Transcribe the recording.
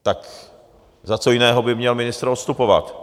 Tak za co jiného by měl ministr odstupovat?